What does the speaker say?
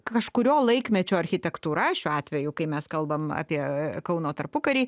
kažkurio laikmečio architektūra šiuo atveju kai mes kalbam apie kauno tarpukarį